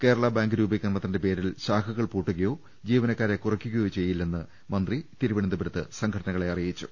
Kerala bank രൂപീകരണത്തിന്റെ പേരിൽ ശാഖകൾ പൂട്ടുകയോ ജീവനക്കാരെ കുറയ്ക്കുകയോ ചെയ്യില്ലെന്ന് മന്ത്രി തിരുവനന്തപുരത്ത് സംഘടനകളെ അറിയിച്ചു